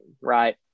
right